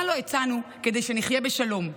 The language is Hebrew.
מה לא הצענו כדי שנחיה בשלום?